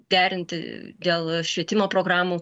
derinti dėl švietimo programų